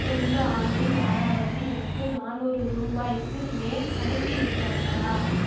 சென்ற ஆண்டு யாராவது எனக்கு நானூறு ரூபாய்க்கு மேல் அனுப்பி இருக்கிறார்களா